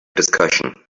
discussion